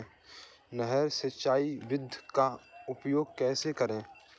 नहर सिंचाई विधि का उपयोग कैसे करें?